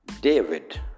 David